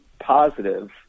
positive